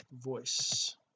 voice